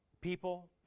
People